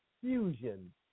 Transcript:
fusion